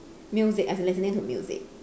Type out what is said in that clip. music as in listening to music